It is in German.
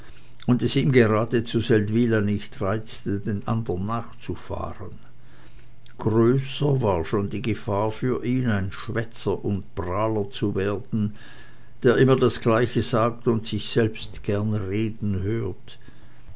und es ihn gerade zu seldwyla nicht reizte den anderen nachzufahren größer war schon die gefahr für ihn ein schwätzer und prahler zu werden der immer das gleiche sagt und sich selbst gern reden hört